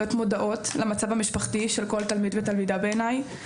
מודעות למצב המשפחתי של כל תמיד ותלמידה, בעיניי.